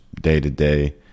day-to-day